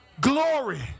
Glory